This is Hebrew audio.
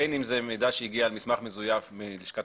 בין אם זה מידע שהגיע על מסמך מזויף מלשכת